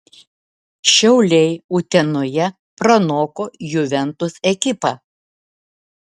šiauliai utenoje pranoko juventus ekipą